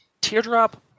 Teardrop